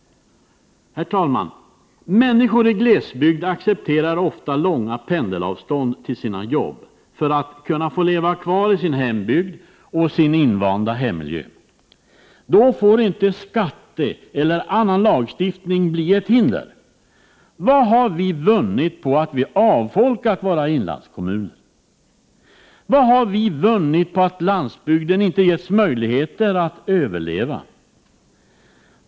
Herr talman! Människor i glesbygd accepterar ofta långa pendelavstånd till sina jobb för att kunna leva kvar i sin hembygd och sin invanda hemmiljö. Då får inte skattelagstiftning eller annan lagstiftning bli ett hinder. Vad har vi 15 vunnit på att vi har avfolkat inlandskommunerna? Vad har vi vunnit på att landsbygden inte har getts möjligheter att överleva?